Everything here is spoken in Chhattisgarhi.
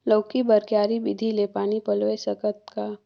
लौकी बर क्यारी विधि ले पानी पलोय सकत का?